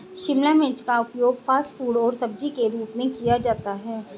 शिमला मिर्च का उपयोग फ़ास्ट फ़ूड और सब्जी के रूप में किया जाता है